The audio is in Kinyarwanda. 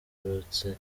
abarokotse